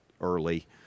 early